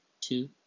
two